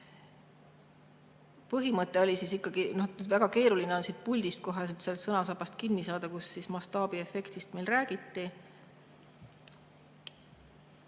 Põhimõte oli siis ikkagi … Väga keeruline on siit puldist kohe sellest sõnasabast kinni saada, kus mastaabiefektist räägiti.